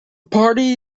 party